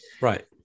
Right